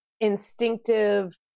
instinctive